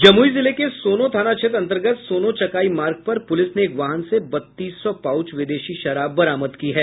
जमुई जिले के सोनो थाना क्षेत्र अंतर्गत सोनो चकाई मार्ग पर पूलिस ने एक वाहन से बत्तीस सौ पाउच विदेशी शराब बरामद किया है